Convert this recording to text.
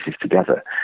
together